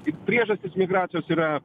tik priežastys migracijos yra